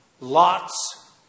Lot's